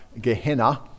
Gehenna